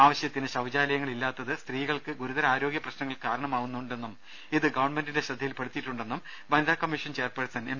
ആവശ്യത്തിന് ശൌചാലയങ്ങളില്ലാത്തത് സ്ത്രീകൾക്ക് ഗുരുതര ആരോഗ്യ പ്രശ്നങ്ങൾക്ക് കാരണമാവുമെന്നും ഇത് ഗവൺമെന്റിന്റെ ശ്രദ്ധയിൽപെടുത്തിയിട്ടുണ്ടെന്നും വനിതാ കമ്മീഷൻ ചെയർപേഴ്സൺ എം